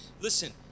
listen